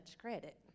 credit